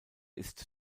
ist